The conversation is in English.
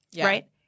right